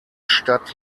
stadt